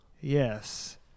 Yes